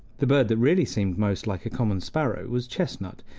the bird that really seemed most like a common sparrow was chestnut,